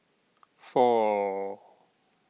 four